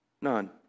None